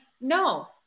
no